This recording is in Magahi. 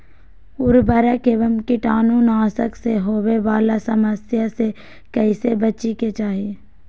उर्वरक एवं कीटाणु नाशक से होवे वाला समस्या से कैसै बची के चाहि?